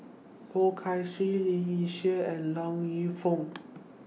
Poh Kay Swee Lee Yi Shyan and Yong Lew Foong